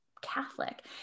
Catholic